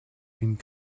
une